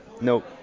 Nope